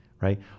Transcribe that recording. right